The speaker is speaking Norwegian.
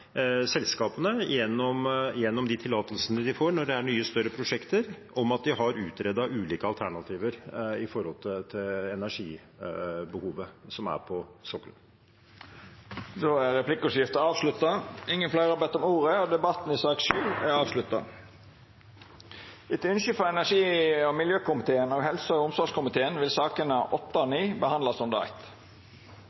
selskapene gjennom de tillatelsene de får ved nye, større prosjekter – at de har utredet ulike alternativer i forhold til energibehovet på sokkelen. Replikkordskiftet er avslutta. Fleire har ikke bedt om ordet til sak nr. 7. Det er en glede at en samlet energi- og miljøkomité og helse- og